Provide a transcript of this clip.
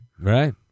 right